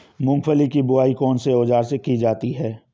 मूंगफली की बुआई कौनसे औज़ार से की जाती है?